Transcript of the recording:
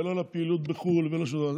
ולא לפעילות בחו"ל, ולא לשום דבר.